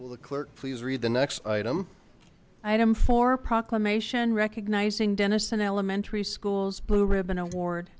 with the clerk please read the next item item for a proclamation recognizing dennison elementary schools blue ribbon award